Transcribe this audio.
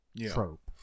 trope